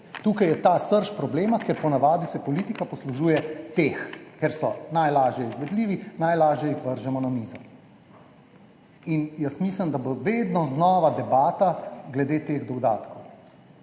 Tukaj je ta srž problema, ker po navadi se politika poslužuje teh, ker so najlažje izvedljivi, najlažje jih vržemo na mizo. In jaz mislim, da bo vedno znova debata glede teh dodatkov.